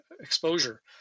exposure